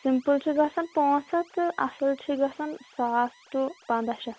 sample چھِ گژھان پانٛژھ ہَتھ تہٕ اَصٕل چھِ گژھان ساس تہٕ پنٛداہ شیٚتھ